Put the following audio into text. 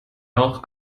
auch